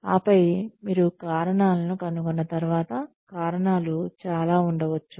ఆపై మీరు కారణాలను కనుగొన్న తర్వాత కారణాలు చాలా ఉండవచ్చు